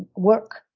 work.